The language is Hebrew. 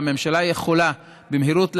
והממשלה יכולה במהירות להחליט.